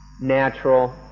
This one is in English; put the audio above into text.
natural